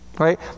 right